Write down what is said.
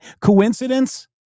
Coincidence